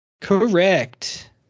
Correct